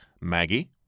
Maggie